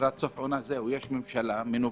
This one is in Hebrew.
- אווירת סוף שונה - יש ממשלה מנופחת,